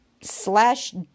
slash